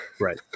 Right